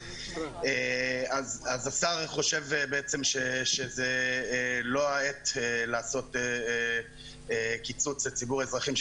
השר חושב בעצם שזה לא העת לעשות קיצוץ לציבור האזרחים,